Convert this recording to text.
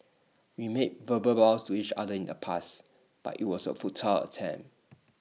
we made verbal vows to each other in the past but IT was A futile attempt